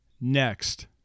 next